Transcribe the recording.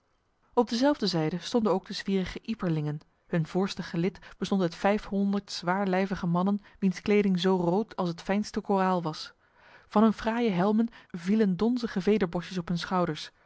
op dezelfde zijde stonden ook de zwierige ieperlingen hun voorste gelid bestond uit vijfhonderd zwaarlijvige mannen wiens kleding zo rood als het fijnste koraal was van hun fraaie helmen vielen donzige vederbosjes op hun schouders